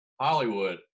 hollywood